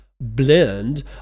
Blend